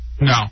No